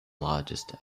largest